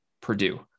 Purdue